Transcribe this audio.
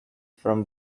from